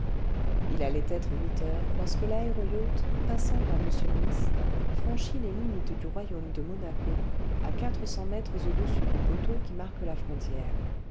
il allait être huit heures lorsque laéro yacht passant par-dessus nice franchit les limites du royaume de monaco à quatre cents mètres au-dessus du poteau qui marque la frontière